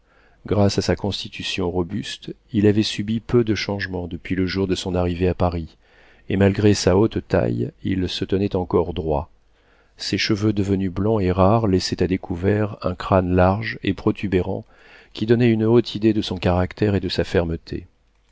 grâce à sa constitution robuste il avait subi peu de changements depuis le jour de son arrivée à paris et malgré sa haute taille il se tenait encore droit ses cheveux devenus blancs et rares laissaient à découvert un crâne large et protubérant qui donnait une haute idée de son caractère et de sa fermeté